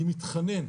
אני מתחנן,